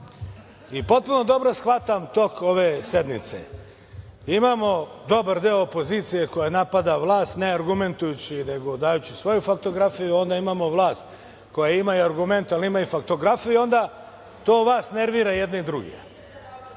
i potpuno dobro shvatam tok ove sednice. Imamo dobar deo opozicije koja napada vlast, ne argumentujući, nego dajući svoju faktografiju, onda imamo i vlast koja ima i argumente, ali ima i faktografiju i onda to vas nervira, i jedne i druge. Ne